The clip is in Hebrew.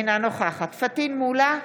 אינה נוכחת פטין מולא,